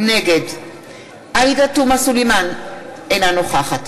נגד עאידה תומא סלימאן, אינה נוכחת